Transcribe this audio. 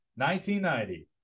1990